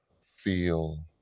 feel